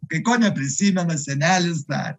kai ko neprisimena senelis darė